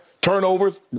Turnovers